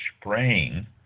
spraying